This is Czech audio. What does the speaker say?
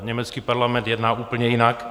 Německý parlament jedná úplně jinak.